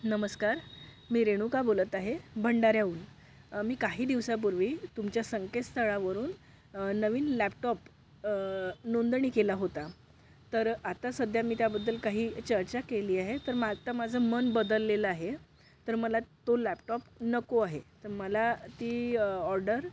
नमस्कार मी रेणुका बोलत आहे भंडऱ्याहून मी काही दिवसांपूर्वी तुमच्या संकेतस्थळावरून नवीन लॅपटॉप नोंदणी केला होता तर आता सध्या मी त्याबद्दल काही चर्चा केली आहे तर मग आता माझं मन बदललेलं आहे तर मला तो लॅपटॉप नको आहे तर मला ती ऑर्डर